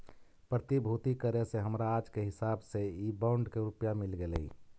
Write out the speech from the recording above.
प्रतिभूति करे से हमरा आज के हिसाब से इ बॉन्ड के रुपया मिल गेलइ